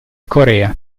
corea